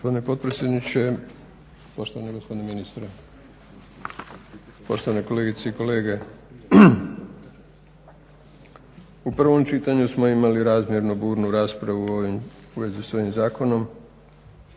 potpredsjedniče, poštovani ministre, poštovani kolegice i kolege. U prvom čitanju smo imali burnu raspravu u vezi s ovim zakonom